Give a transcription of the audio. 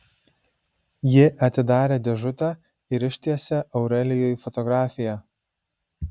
ji atidarė dėžutę ir ištiesė aurelijui fotografiją